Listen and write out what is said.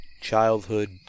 childhood